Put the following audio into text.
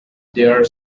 their